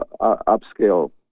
upscale